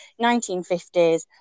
1950s